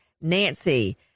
Nancy